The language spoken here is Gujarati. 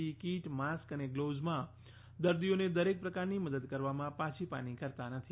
ઈ કીટ માસ્ક અને ગ્લોવ્ઝમાં દર્દીઓને દરેક પ્રકારની મદદ કરવામાં પાછીપાની કરતા નથી